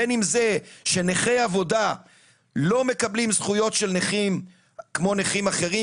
בין אם זה שנכה עבודה לא מקבלים זכויות של נכים כמו נכים אחרים,